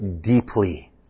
deeply